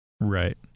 right